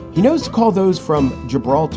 he knows to call those from gibralter